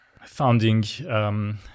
Founding